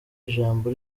ijambo